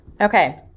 Okay